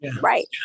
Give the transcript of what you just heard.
Right